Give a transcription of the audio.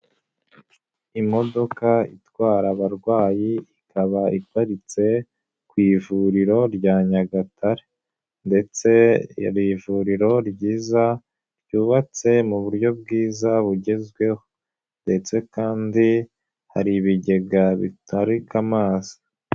Imodoka itwara abarwayi ikaba iparitse ku ivuriro rya Nyagatare ndetse ni ivuriro ryiza ryubatse mu buryo bwiza bugezweho, ndetse kandi hari ibigega bitarika amazi.